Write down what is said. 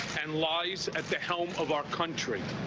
and lies at the helm of our country.